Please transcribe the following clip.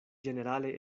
ĝenerale